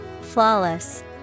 Flawless